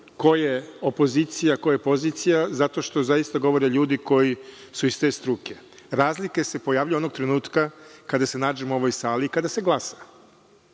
ko je opozicija, a ko je pozicija zato što zaista govore ljudi koji su iz te struke. Razlike se pojavljuju onog trenutka kada se nađemo u ovoj sali i kada se glasa. Dakle,